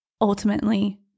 ultimately